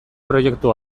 proiektu